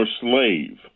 slave